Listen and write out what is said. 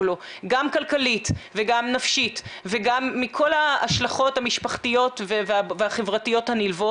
לו גם כלכלית וגם נפשית וגם מכל ההשלכות המשפחתיות והחברתיות הנלוות.